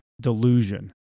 delusion